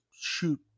shoot